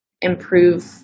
improve